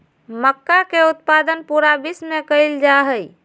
मक्का के उत्पादन पूरा विश्व में कइल जाहई